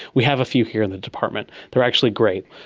we have a few here in the department, they are actually great.